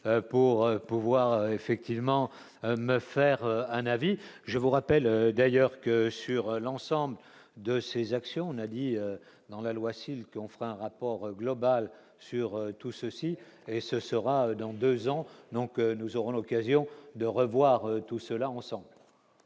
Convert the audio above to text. pour pouvoir effectivement me faire un avis, je vous rappelle d'ailleurs que sur l'ensemble de ces actions, a dit dans la loi si on fera un rapport global sur tout ceci et ce sera dans 2 ans, donc nous aurons l'occasion de revoir tout cela, on sent.